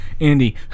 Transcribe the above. Andy